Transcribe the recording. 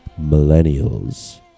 millennials